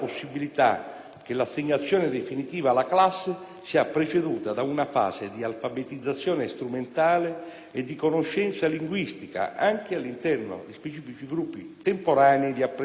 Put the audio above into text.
che l'assegnazione definitiva alla classe sia preceduta da una fase di alfabetizzazione strumentale e di conoscenza linguistica, anche all'interno di specifici gruppi temporanei di apprendimento,